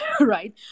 right